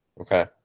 Okay